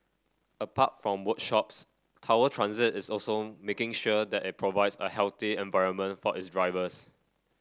apart from workshops Tower Transit is also making sure that it provides a healthy environment for its drivers